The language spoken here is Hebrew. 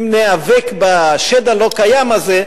אם ניאבק בשד הלא-קיים הזה,